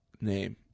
name